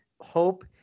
hope